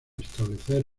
establecer